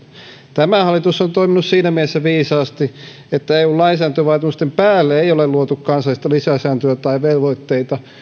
tämä hallitus on toiminut siinä mielessä viisaasti että eun lainsäädäntövaatimusten päälle ei ole luotu kansallista lisäsääntöä tai velvoitteita